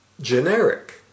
generic